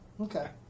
okay